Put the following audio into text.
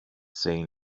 say